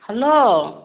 hello